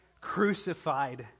crucified